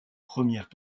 premières